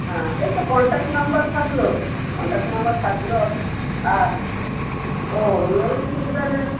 হ্যাঁ এই তো কনট্যাক্ট নাম্বার থাকল কনট্যাক্ট নাম্বার থাকল আচ্ছা ও রবিবার দিন ছুটি তাহলে